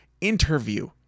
interview